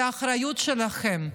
זו האחריות שלכם.